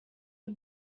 you